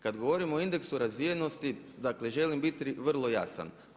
Kad govorimo o indeksu razvijenosti, dakle želim biti vrlo jasan.